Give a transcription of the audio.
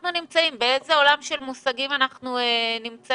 באיזה עולם של מושגים אנחנו נמצאים?